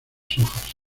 hojas